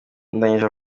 yabandanije